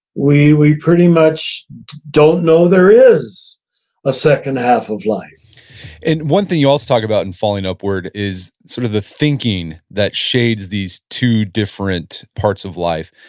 we we pretty much don't know there is a second half of life and one thing you also talk about in falling upward is sort of the thinking that shades these two different parts of life.